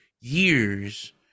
years